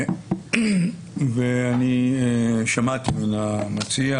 ואני שמעתי מן המציע,